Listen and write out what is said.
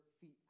feet